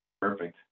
Perfect